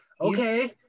okay